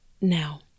now